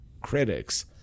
critics